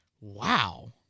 wow